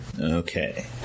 okay